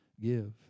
give